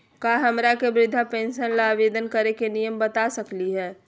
का हमरा के वृद्धा पेंसन ल आवेदन करे के नियम बता सकली हई?